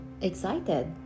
excited